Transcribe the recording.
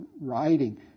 writing